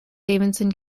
davidson